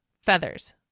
feathers